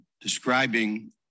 describing